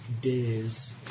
Days